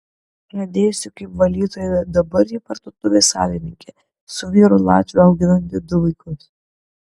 pradėjusi kaip valytoja dabar ji parduotuvės savininkė su vyru latviu auginanti du vaikus